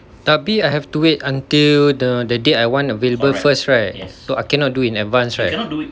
tapi I have to wait until the date I want available first right so I cannot do in advance right